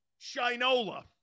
Shinola